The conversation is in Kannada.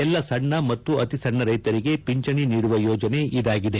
ಎಲ್ಲಾ ಸಣ್ಣ ಮತ್ತು ಅತಿಸಣ್ಣ ರೈತರಿಗೆ ಪಿಂಚಣಿ ನೀಡುವ ಯೋಜನೆ ಇದಾಗಿದೆ